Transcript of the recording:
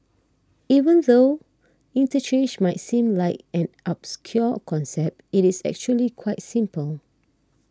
even though interchange might seem like an obscure concept it is actually quite simple